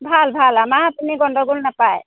ভাল ভাল আমাৰ আপুনি গণ্ডগোল নাপায়